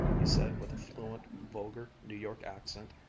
he said with a fluent, vulgar new york accent.